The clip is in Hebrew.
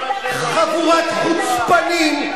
חבורת חוצפנים,